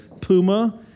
Puma